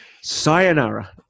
sayonara